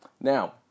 Now